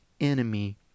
enemy